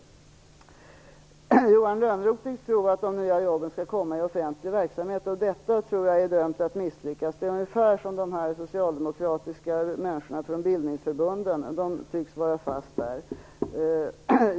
Johan Lönnroth tycks tro att de nya jobben skall komma i offentlig verksamhet. Detta är nog dömt att misslyckas. Det är ungefär som de socialdemokratiska människorna från bildningsförbunden som tycks vara fast där.